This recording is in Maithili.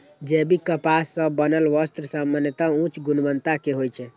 जैविक कपास सं बनल वस्त्र सामान्यतः उच्च गुणवत्ता के होइ छै